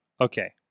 Okay